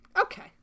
Okay